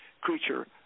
creature